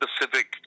specific